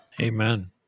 Amen